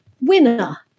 Winner